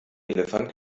elefant